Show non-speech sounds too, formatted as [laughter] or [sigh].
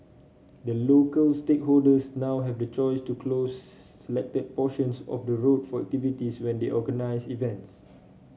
the local stakeholders now have the choice to close [unintelligible] selected portions of the road for activities when they organise events